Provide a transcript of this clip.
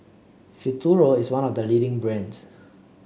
Futuro is one of the leading brands